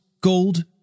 gold